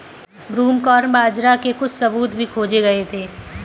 broomcorn बाजरा के कुछ सबूत भी खोजे गए थे